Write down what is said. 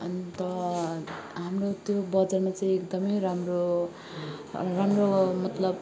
अन्त हाम्रो त्यो बजारमा चाहिँ एकदमै राम्रो राम्रो मतलब